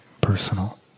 personal